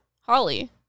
Holly